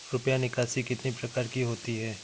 रुपया निकासी कितनी प्रकार की होती है?